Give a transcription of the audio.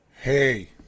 Hey